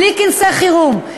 בלי כנסי חירום,